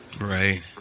Right